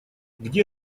где